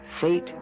Fate